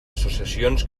associacions